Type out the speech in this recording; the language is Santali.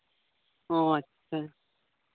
ᱚ ᱟᱪᱪᱷᱟ